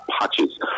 patches